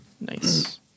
nice